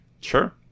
sure